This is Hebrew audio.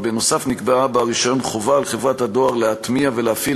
ונוסף על כך נקבעה ברישיון חובה על חברת הדואר להטמיע ולהפעיל,